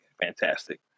Fantastic